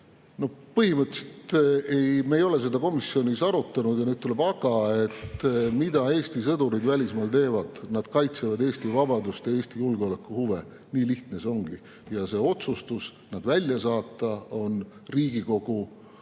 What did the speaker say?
Põhimõtteliselt me ei ole seda komisjonis arutanud. Aga mida Eesti sõdurid välismaal teevad? Nad kaitsevad Eesti vabadust ja Eesti julgeoleku huve. Nii lihtne see ongi. Ja see otsustus nad välja saata on Riigikogu